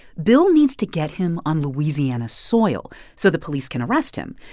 bill needs to get him on louisiana soil so the police can arrest him.